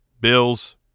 Bills